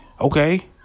Okay